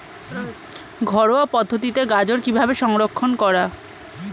ঘরোয়া পদ্ধতিতে গাজর কিভাবে সংরক্ষণ করা?